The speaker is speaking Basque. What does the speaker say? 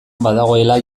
badagoela